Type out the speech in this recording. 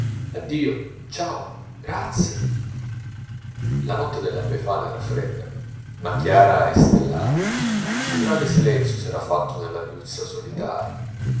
addio ciao grazie la notte della befana era fredda ma chiara e stellata un grande silenzio s'era fatto nella viuzza solitaria